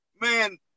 man